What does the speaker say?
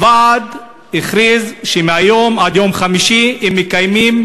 הוועד הכריז שמהיום עד יום חמישי הם מקיימים